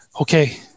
okay